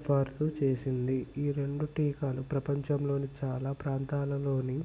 సిఫారసు చేసింది ఈ రెండు టీకాలు ప్రపంచంలోని చాలా ప్రాంతాలలోని